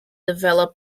develop